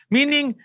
Meaning